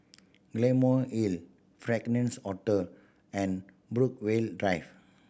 Claymore Hill Fragrance Hotel and Brookvale Drive